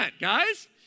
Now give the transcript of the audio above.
guys